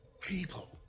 People